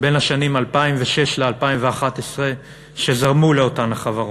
בין השנים 2006 ל-2011 שזרמו לאותן חברות?